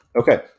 Okay